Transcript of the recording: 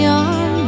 on